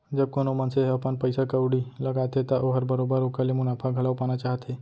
जब कोनो मनसे ह अपन पइसा कउड़ी लगाथे त ओहर बरोबर ओकर ले मुनाफा घलौ पाना चाहथे